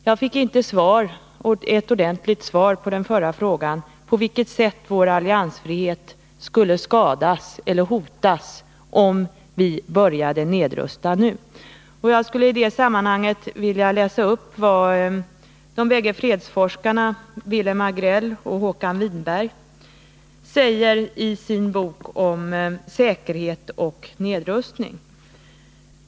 Jag fick inte ordentligt svar på den förra frågan, om på vilket sätt vår alliansfrihet skulle skadas eller hotas om vi började nedrusta nu. Jag skulle i det sammanhanget vilja läsa upp vad de bäggre fredsforskarna Wilhelm Agrell och Håkan Winberg säger i sin bok om säkerhet och nedrustning.